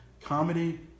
comedy